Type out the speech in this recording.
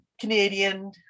Canadian